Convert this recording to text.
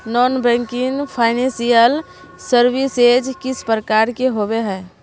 Non banking financial services किस प्रकार के होबे है?